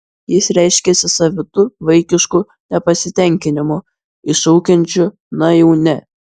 jis reiškiasi savitu vaikišku nepasitenkinimu iššaukiančiu na jau ne